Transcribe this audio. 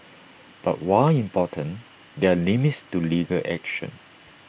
but while important there are limits to legal action